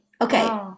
Okay